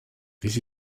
this